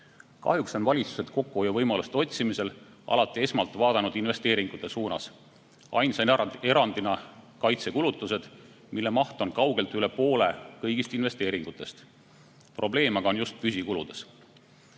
Kahjuks on valitsused kokkuhoiuvõimaluste otsimisel alati esmalt vaadanud investeeringute suunas. Ainsa erandina on kaitsekulutused, mille maht on kaugelt üle poole kõigist investeeringutest. Probleem on aga just püsikuludes. Tasub